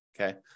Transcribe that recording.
okay